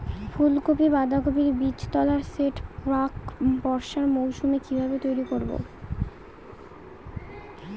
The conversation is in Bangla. ফুলকপি বাধাকপির বীজতলার সেট প্রাক বর্ষার মৌসুমে কিভাবে তৈরি করব?